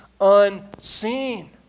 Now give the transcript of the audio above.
unseen